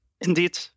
indeed